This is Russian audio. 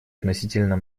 относительно